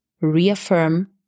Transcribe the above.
reaffirm